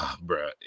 bro